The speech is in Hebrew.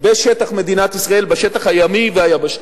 בשטח מדינת ישראל, בשטח הימי והיבשתי.